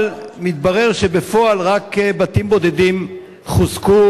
אבל מתברר שבפועל רק בתים בודדים חוזקו,